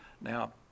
Now